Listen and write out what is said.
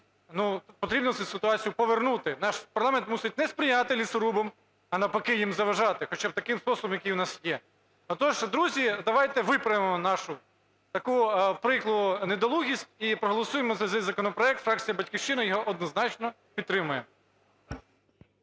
Потрібно цю ситуацію повернути. Наш парламент мусить не сприяти лісорубам, а навпаки їм заважати, хоча б таким способом, який у нас є. То ж, друзі, давайте виправимо нашу таку прикру недолугість і проголосуємо за цей законопроект. Фракція "Батьківщина" його однозначно підтримує.